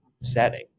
setting